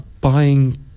buying